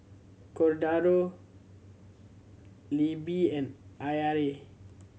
Cordaro Libbie and I R A